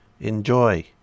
Enjoy